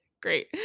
great